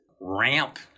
ramp